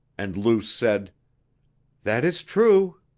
and luce said that is true.